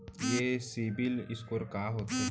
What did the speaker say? ये सिबील स्कोर का होथे?